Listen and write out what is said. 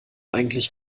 eigentlich